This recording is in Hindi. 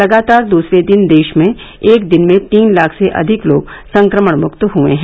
लगातार दूसरे दिन देश में एक दिन में तीन लाख से अधिक लोग संक्रमण मुक्त हुए हैं